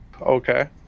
Okay